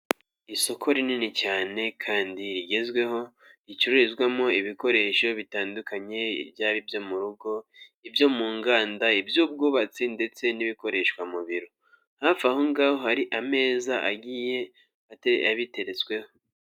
Isoko rinini cyane kandi rigezweho ricururizwamo ibikoresho bitandukanye, byaba ibyo mu rugo, ibyo mu nganda, iby'ubwubatsi ndetse n'ibikoreshwa mu biro. Hafi aho ngaho hari ameza agiye abiteretsweho.